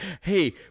hey